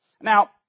Now